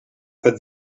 but